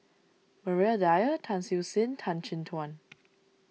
Maria Dyer Tan Siew Sin Tan Chin Tuan